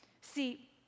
See